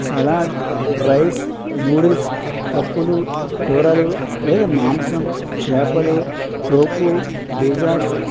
salad rice noodles పప్పులు కూరలు లేదా మాంసం చేపలు టోఫు డిజార్ట్